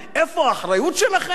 איפה האחריות שלכם?